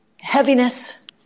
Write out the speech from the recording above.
heaviness